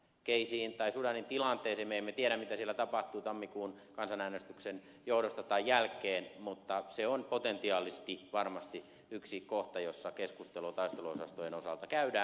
sudanin tilanteesta me emme tiedä mitä siellä tapahtuu tammikuun kansanäänestyksen johdosta tai sen jälkeen mutta se on potentiaalisesti varmasti yksi kohta jossa keskustelua taisteluosastojen osalta käydään